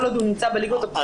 כל עוד הוא נמצא בליגות הבכירות.